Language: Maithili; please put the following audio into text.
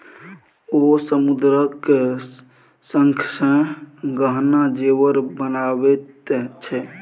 ओ समुद्रक शंखसँ गहना जेवर बनाबैत छै